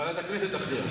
ועדת הכנסת תכריע.